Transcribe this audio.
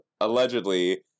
allegedly